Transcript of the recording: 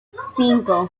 cinco